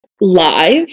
live